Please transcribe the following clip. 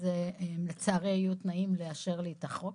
אלו לצערי היו התנאים לאשר לי את החוק.